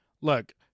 Look